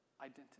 identity